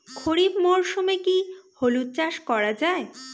খরিফ মরশুমে কি হলুদ চাস করা য়ায়?